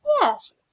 yes